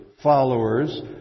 followers